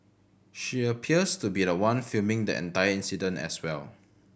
she appears to be the one filming the entire incident as well